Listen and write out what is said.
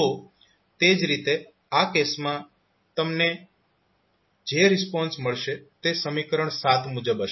તો તે જ રીતે આ કેસમાં તમને જે રિસ્પોન્સ મળશે તે સમીકરણ મુજબ હશે